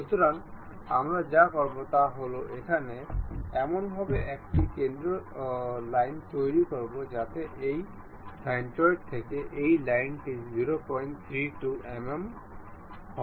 সুতরাং আমরা যা করব তা হল এখানে এমনভাবে একটি কেন্দ্র লাইন তৈরি করব যাতে এই সেন্ট্রয়েড থেকে এই লাইনটি 032 mm হবে